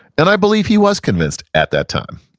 and i believe he was convinced at that time,